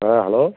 ஆ hello